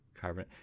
carbon